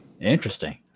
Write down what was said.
Interesting